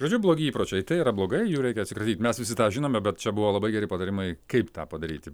žodžiu blogi įpročiai tai yra blogai jų reikia atsikratyt mes visi tą žinome bet čia buvo labai geri patarimai kaip tą padaryti